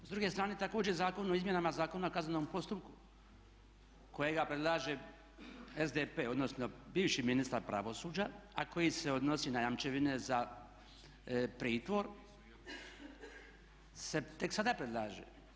S druge strane također zakon o izmjenama Zakona o kaznenom postupku kojega predlaže SDP odnosno bivši ministar pravosuđa a koji se odnosi na jamčevine za pritvor se tek sada predlaže.